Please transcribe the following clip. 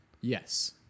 Yes